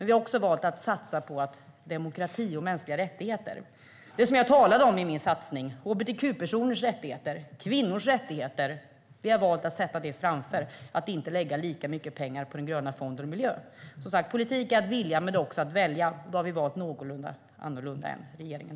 Vi har också valt att satsa på demokrati och mänskliga rättigheter. Det är det jag talade om i mitt anförande: hbtq-personers rättigheter, kvinnors rättigheter. Vi har valt att sätta det framför, att inte lägga lika mycket pengar på Gröna klimatfonden och miljön. Som sagt: Politik är att vilja, men det är också att välja. Vi har valt lite annorlunda än regeringen.